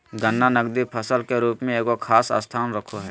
गन्ना नकदी फसल के रूप में एगो खास स्थान रखो हइ